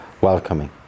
welcoming